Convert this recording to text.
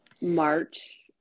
March